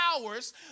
hours